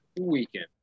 weekend